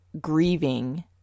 grieving